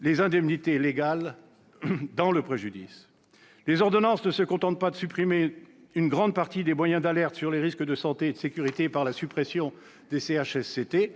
des indemnités légales dans la réparation du préjudice. Les ordonnances ne se bornent pas à supprimer une grande partie des moyens d'alerte sur les risques pour la santé et la sécurité par la suppression des CHSCT,